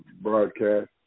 broadcast